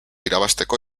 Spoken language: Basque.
irabazteko